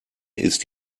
ist